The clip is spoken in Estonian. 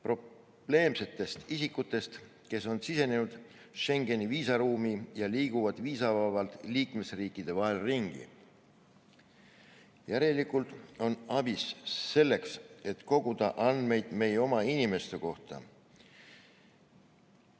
probleemsete isikute kohta, kes on sisenenud Schengeni viisaruumi ja liiguvad viisavabalt liikmesriikide vahel. Järelikult on ABIS selleks, et koguda andmeid meie oma inimeste kohta.